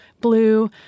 blue